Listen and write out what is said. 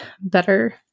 better